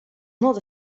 not